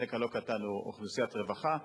החלק הלא-קטן הוא אוכלוסיית רווחה,